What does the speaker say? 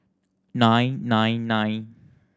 nine nine nine